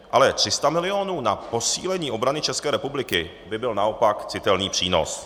Ale 300 milionů na posílení obrany České republiky by byl naopak citelný přínos.